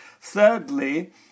Thirdly